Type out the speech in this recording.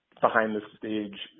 behind-the-stage